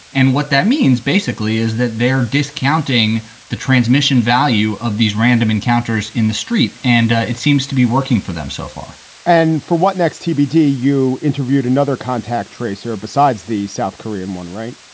and what that means, basically, is that they're discounting the transmission value of these random encounters in the street. and it seems to be working for them so far and for what next, tbd? you interviewed another contact trace there besides the south korean one, right?